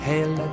Hail